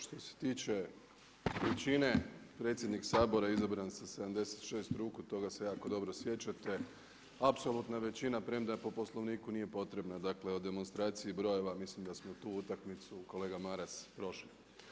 Što se tiče većine, predsjednik Sabora je izabran sa 76 ruku, toga se jako dobro sjećate, apsolutna većina, premda po Poslovniku nije potrebna, dakle o demonstraciji brojeva, mislim da smo tu utakmicu, kolega Maras prošli.